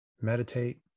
meditate